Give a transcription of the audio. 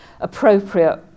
appropriate